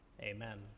Amen